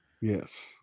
Yes